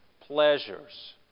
pleasures